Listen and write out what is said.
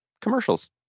Commercials